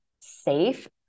safe